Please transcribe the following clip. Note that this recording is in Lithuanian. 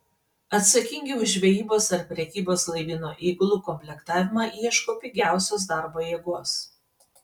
atsakingi už žvejybos ar prekybos laivyno įgulų komplektavimą ieško pigiausios darbo jėgos